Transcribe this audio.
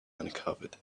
uncovered